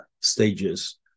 stages